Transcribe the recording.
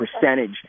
percentage